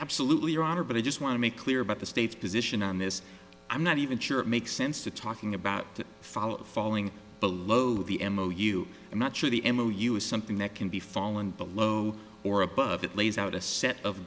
absolutely your honor but i just want to make clear about the state's position on this i'm not even sure it makes sense to talking about the fall falling below the m o u i'm not sure the m o u is something that can be fallen below or above it lays out a set of